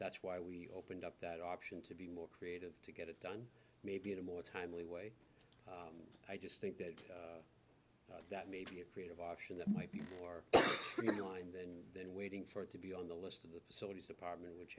that's why we opened up that option to be more creative to get it done maybe in a more timely way i just think that that may be a creative option that might be more revealing than than waiting for it to be on the list of the facilities department which